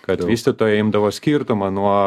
kad vystytojai imdavo skirtumą nuo